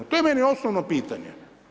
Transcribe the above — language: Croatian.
To je meni osnovno pitanje.